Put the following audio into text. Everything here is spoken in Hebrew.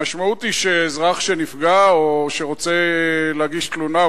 המשמעות היא שאזרח שנפגע או שרוצה להגיש תלונה,